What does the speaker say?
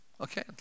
Okay